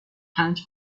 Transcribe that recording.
پنج